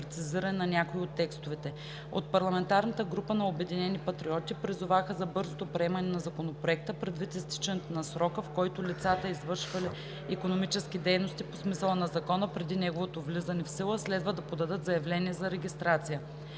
на някои от текстовете. От парламентарната група на „Обединени патриоти“ призоваха за бързото приемане на Законопроекта предвид изтичането на срока, в който лицата, извършвали икономически дейности по смисъла на закона преди неговото влизане в сила, следва да подадат заявление за регистрация.